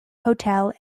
hotel